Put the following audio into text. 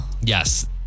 Yes